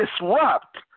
disrupt